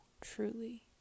truly